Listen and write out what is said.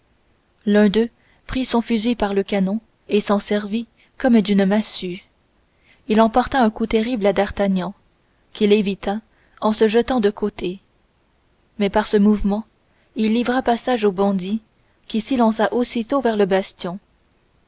l'un d'eux prit son fusil par le canon et s'en servit comme d'une massue il en porta un coup terrible à d'artagnan qui l'évita en se jetant de côté mais par ce mouvement il livra passage au bandit qui s'élança aussitôt vers le bastion